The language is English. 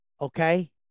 Okay